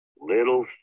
little